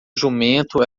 jumento